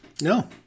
No